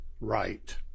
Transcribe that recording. right